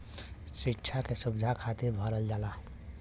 सिक्षा के सुविधा खातिर भरल जाला